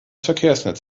verkehrsnetz